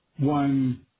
One